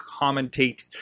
commentate